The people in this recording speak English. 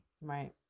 Right